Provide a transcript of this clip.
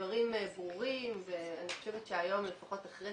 הדברים ברורים ואני חושבת שהיום לפחות אחרי